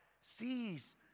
sees